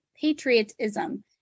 patriotism